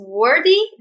worthy